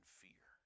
fear